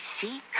see